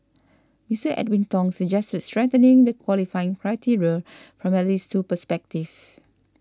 Mister Edwin Tong suggested strengthening the qualifying criteria from at least two perspectives